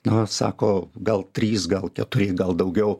na sako gal trys gal keturi gal daugiau